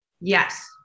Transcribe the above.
Yes